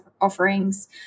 offerings